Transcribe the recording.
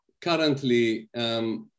currently